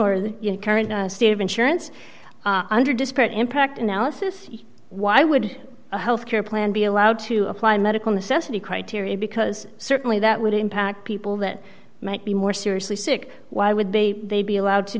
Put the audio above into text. the current state of insurance under disparate impact analysis why would a health care plan be allowed to apply medical necessity criteria because certainly that would impact people that might be more seriously sick why would be they be allowed to